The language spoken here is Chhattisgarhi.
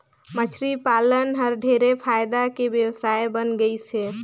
मछरी पालन हर ढेरे फायदा के बेवसाय बन गइस हे